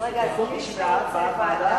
מי שרוצה ועדה